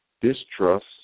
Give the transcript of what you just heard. distrust